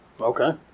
Okay